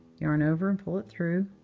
yarn over and pull it through.